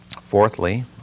fourthly